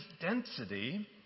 density